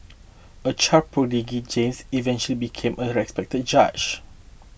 a child prodigy James eventually became a respected judge